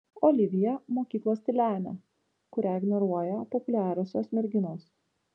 olivija mokyklos tylenė kurią ignoruoja populiariosios merginos